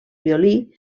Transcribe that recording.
violí